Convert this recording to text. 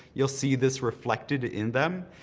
you'll see this reflected in them,